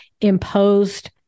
imposed